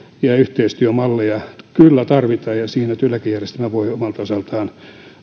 ja yhteistyömalleja kyllä tarvitaan ja siinä työeläkejärjestelmä voi omalta osaltaan